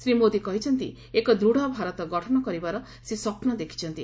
ଶ୍ରୀ ମୋଦି କହିଛନ୍ତି ଏକ ଦୃତ୍ ଭାରତ ଗଠନ କରିବାର ସେ ସ୍ୱପ୍ନ ଦେଖିଛନ୍ତି